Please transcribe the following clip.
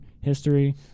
history